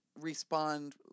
respond